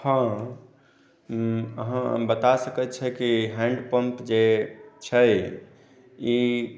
हँ हँ हम बता सकैत छै कि हैंड पंप जे छै ई